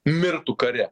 mirtų kare